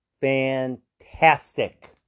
fantastic